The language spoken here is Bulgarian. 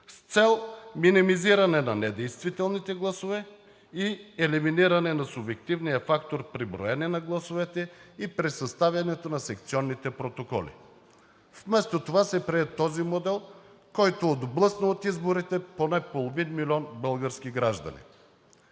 с цел минимизиране на недействителните гласове и елиминиране на субективния фактор при броене на гласовете и при съставянето на секционните протоколи. Вместо това се прие този модел, който отблъсна от изборите поне половин милион български граждани.